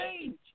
change